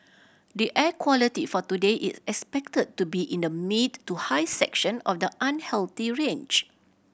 the air quality for today is expected to be in the mid to high section of the unhealthy range